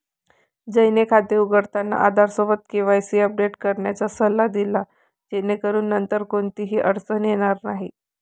जयने खाते उघडताना आधारसोबत केवायसी अपडेट करण्याचा सल्ला दिला जेणेकरून नंतर कोणतीही अडचण येणार नाही